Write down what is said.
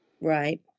Right